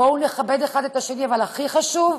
בואו נכבד אחד את השני, אבל הכי חשוב,